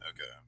Okay